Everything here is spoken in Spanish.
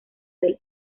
del